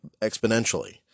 exponentially